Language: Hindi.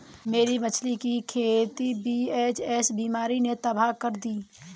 मेरी मछली की खेती वी.एच.एस बीमारी ने तबाह कर दी